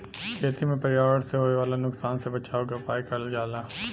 खेती में पर्यावरण से होए वाला नुकसान से बचावे के उपाय करल जाला